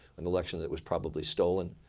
an election that was probably stolen